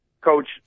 coach